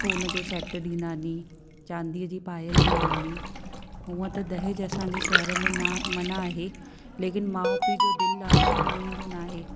सोन जो सैट ॾींदानी चांदीअ जी पायल ॾींदानी हुअं त दहेज असांजे शहर में न मना आहे लेकिन माउ पीउ जो दिल आहे न उहो मञींदो न आहे